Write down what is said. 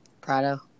Prado